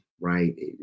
right